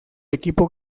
equipo